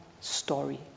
story